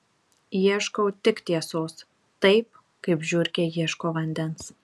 ieškau tik tiesos taip kaip žiurkė ieško vandens